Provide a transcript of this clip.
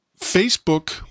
Facebook